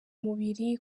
mubiri